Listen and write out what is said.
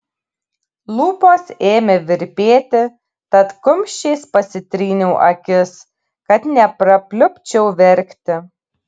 lūpos ėmė virpėti tad kumščiais pasitryniau akis kad neprapliupčiau verkti